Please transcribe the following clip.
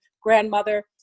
grandmother